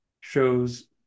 shows